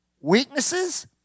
weaknesses